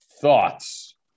thoughts